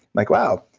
like wow,